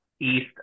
east